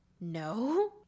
No